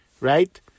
right